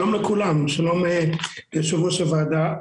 שלום לכולם, שלום ליושבת ראש הוועדה.